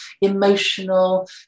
emotional